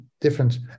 different